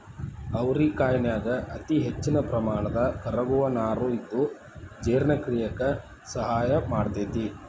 ಅವರಿಕಾಯನ್ಯಾಗ ಅತಿಹೆಚ್ಚಿನ ಪ್ರಮಾಣದ ಕರಗುವ ನಾರು ಇದ್ದು ಜೇರ್ಣಕ್ರಿಯೆಕ ಸಹಾಯ ಮಾಡ್ತೆತಿ